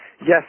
yes